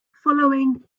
following